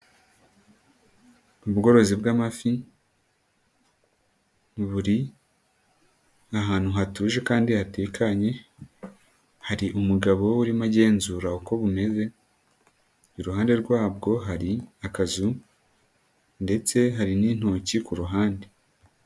Ubworozi bw'amafi, buri ahantutu hatuje kandi hatekanye, hari umugabo urimo agenzura uko bumeze, iruhande rwabwo hari akazu ndetse hari n'intoki ku ruhande.